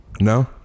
No